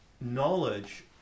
knowledge